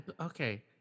Okay